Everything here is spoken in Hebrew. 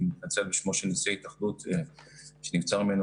אני מתנצל בשמו של נשיא ההתאחדות שנבצר ממנו